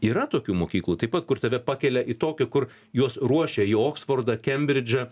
yra tokių mokyklų taip pat kur tave pakelia į tokią kur juos ruošia į oksfordą kembridžą